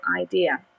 idea